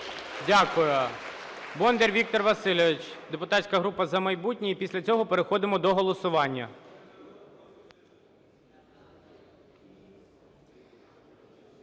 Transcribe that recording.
Дякую. Бондар Віктор Васильович, депутатська група "За майбутнє", і після цього переходимо до голосування.